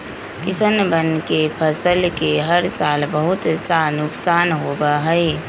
किसनवन के फसल के हर साल बहुत सा नुकसान होबा हई